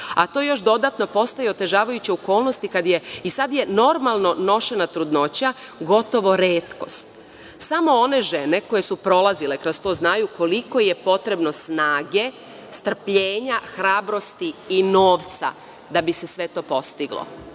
a to još dodatno postaje otežavajuća okolnost i sada je normalno nošena trudnoća gotovo retkost. Samo one žene koje su prolazile kroz to znaju koliko je to potrebno snage, strpljenja, hrabrosti i novca da bi se sve to postiglo.